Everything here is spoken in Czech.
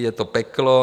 Je to peklo.